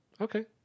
Okay